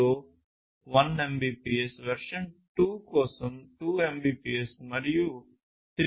2 లో 1 Mbps version 2 కోసం 2 Mbps మరియు 3 Mbps